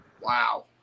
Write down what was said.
Wow